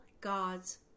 God's